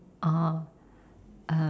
orh err